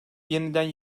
yeniden